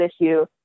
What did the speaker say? issue